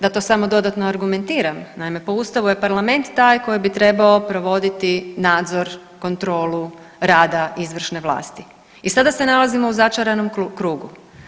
Da to samo dodatno argumentiram, naime po Ustavu je Parlament taj koji bi trebao provoditi nadzor, kontrolu rada izvršne vlasti, i sada se nalazimo u začaranom krugu.